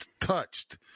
touched